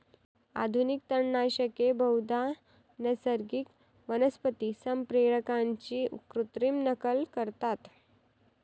आधुनिक तणनाशके बहुधा नैसर्गिक वनस्पती संप्रेरकांची कृत्रिम नक्कल करतात